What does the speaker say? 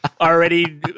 already